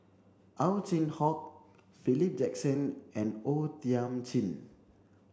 Ow Chin Hock Philip Jackson and O Thiam Chin